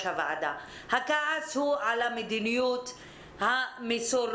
הוועדה הוא על המדיניות המסורבלת,